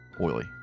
Oily